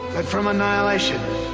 but from annihilation